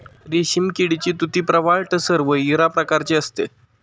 रेशीम किडीची तुती प्रवाळ टसर व इरा प्रकारची असते